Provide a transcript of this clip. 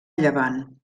llevant